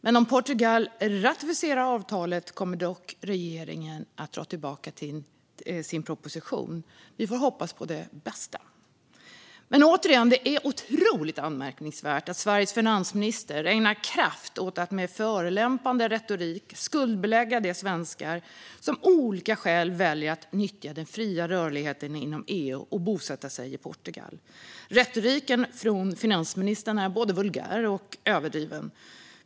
Men om Portugal ratificerar avtalet kommer regeringen att dra tillbaka sin proposition. Vi får hoppas på det bästa. Men återigen: Det är otroligt anmärkningsvärt att Sveriges finansminister ägnar kraft åt att med förolämpande retorik skuldbelägga de svenskar som av olika skäl väljer att nyttja den fria rörligheten inom EU och bosätta sig i Portugal. Retoriken från finansministern är både vulgär och överdriven.